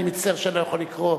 אני מצטער שאני לא יכול לקרוא,